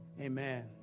Amen